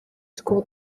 school